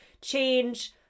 change